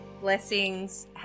Blessings